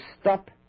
stop